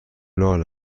لال